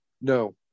No